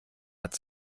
hat